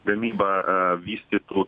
gamybą vystytų